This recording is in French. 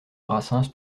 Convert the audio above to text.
brassens